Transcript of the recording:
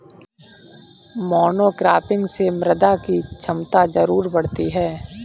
monocropping से मृदा की क्षमता जरूर घटती है